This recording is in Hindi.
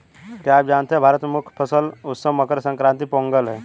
क्या आप जानते है भारत में मुख्य फसल उत्सव मकर संक्रांति, पोंगल है?